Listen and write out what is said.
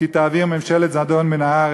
"כי תעביר ממשלת זדון מן הארץ",